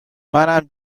منم